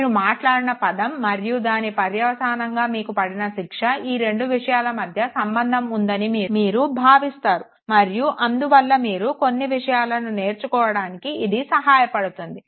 మీరు మాట్లాడిన పదం మరియు దాని పర్యవసానంగా మీకు పడిన శిక్ష ఈ రెండు విషయాల మధ్య సంబంధం ఉందని మీరు భావిస్తారు మరియు అందువల్ల మీరు కొన్ని విషయాలను నేర్చుకోవడానికి ఇది సహాయపడుతుంది